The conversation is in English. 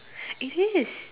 it is